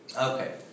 Okay